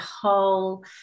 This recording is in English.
whole